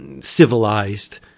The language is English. civilized